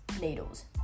needles